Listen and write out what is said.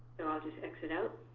so i'll just x it out.